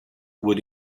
were